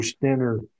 thinner